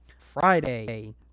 Friday